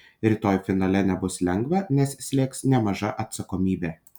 rytoj finale nebus lengva nes slėgs nemaža atsakomybė